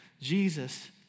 Jesus